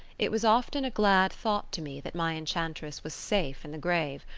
it was often a glad thought to me that my enchantress was safe in the grave,